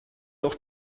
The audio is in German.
doch